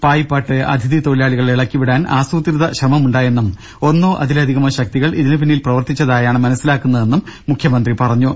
പായിപ്പാട്ട് അതിഥി തൊഴിലാളികളെ ഇളക്കിവിടാൻ ആസൂത്രിത ശ്രമം ഉണ്ടായെന്നും ഒന്നോ അതിലധികമോ ശക്തികൾ ഇതിനുപിന്നിൽ പ്രവർത്തിച്ചതായാണ് മനസിലാക്കുന്നതെന്നും മുഖ്യമന്ത്രി പറഞ്ഞു